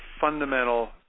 fundamental